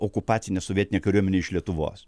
okupacinė sovietinė kariuomenė iš lietuvos